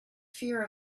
fear